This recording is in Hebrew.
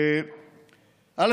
א.